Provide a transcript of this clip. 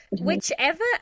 whichever